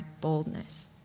boldness